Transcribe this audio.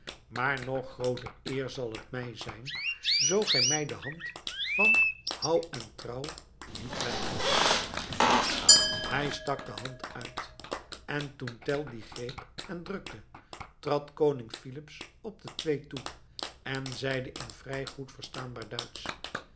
maar nog grooter eer zal het mij zijn zoo gij mij de hand van houw en trouw niet weigert hij stak de hand uit en toen tell die greep en drukte trad koning filips op de twee toe en zeide in vrij goed verstaanbaar duitsch